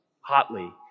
hotly